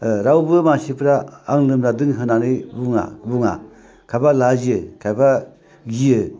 रावबो मानसिफ्रा आं लोमजादों होननानै बुङा खायफा लाजियो खायफा गियो